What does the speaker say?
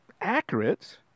accurate